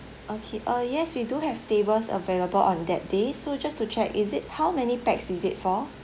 okay uh yes we do have tables available on that day so just to check is it how many pax is it for